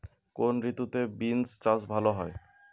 কোন ঋতুতে বিন্স চাষ ভালো হয়?